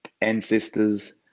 ancestors